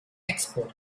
export